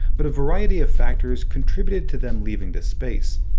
but a variety of factors contributed to them leaving the space.